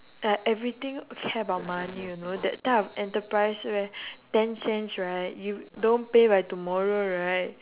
ah everything care about money you know that type of enterprise where ten cents right you don't pay by tomorrow right